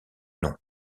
nom